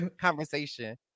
conversation